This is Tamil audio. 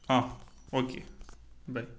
ah okay by